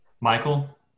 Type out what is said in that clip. Michael